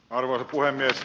arvoisa puhemies